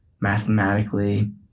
mathematically